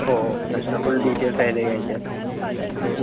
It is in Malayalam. ഓ ഓ ഫുൾ ഡീറ്റെയിൽസ് അതിലേക്ക് അയയ്ക്കാം